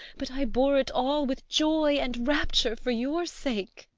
but i bore it all with joy and rapture for your sake.